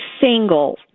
single